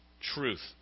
truth